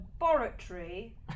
laboratory